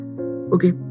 Okay